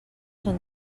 són